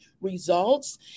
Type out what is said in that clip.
results